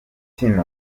tino